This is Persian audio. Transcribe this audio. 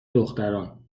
دختران